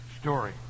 story